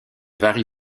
varie